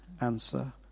answer